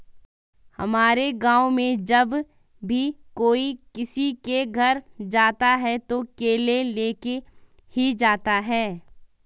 हमारे गाँव में जब भी कोई किसी के घर जाता है तो केले लेके ही जाता है